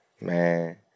Man